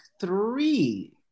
three